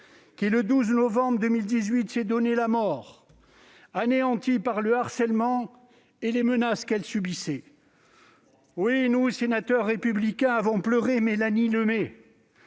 qui, le 12 novembre 2018, s'est donné la mort, anéantie par le harcèlement et les menaces qu'elle subissait. Oui, nous, sénateurs Républicains, avons pleuré Mélanie Lemée,